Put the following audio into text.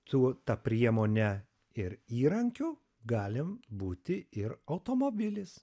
su ta priemone ir įrankių galime būti ir automobilis